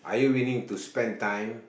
are you willing to spend time